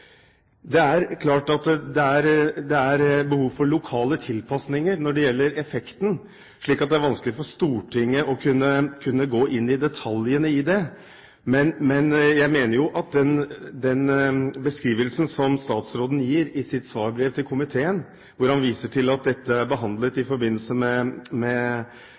Det er klart at det er behov for lokale tilpasninger når det gjelder effekten, slik at det er vanskelig for Stortinget å kunne gå inn i detaljene i det. Men jeg mener at den beskrivelsen som statsråden gir i sitt svarbrev til komiteen, der han viser til at dette er behandlet i forbindelse med